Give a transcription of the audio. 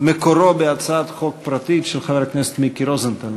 מקורו בהצעת חוק פרטית של חבר הכנסת מיקי רוזנטל,